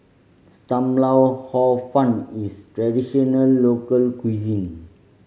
Sam Lau Hor Fun is traditional local cuisine